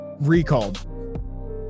Recalled